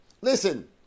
Listen